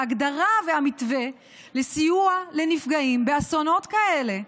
ההגדרה והמתווה לסיוע לנפגעים באסונות כאלה?